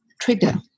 trigger